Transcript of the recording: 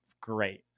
great